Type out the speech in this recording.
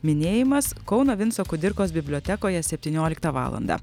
minėjimas kauno vinco kudirkos bibliotekoje septynioliktą valandą